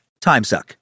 timesuck